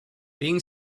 being